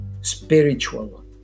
spiritual